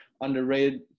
underrated